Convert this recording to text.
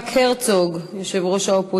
זה בהחלט כבוד גדול.